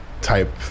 type